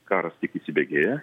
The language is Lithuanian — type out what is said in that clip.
karas tik įsibėgėja